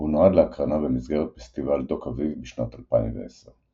והוא נועד להקרנה במסגרת פסטיבל דוקאביב בשנת 2010,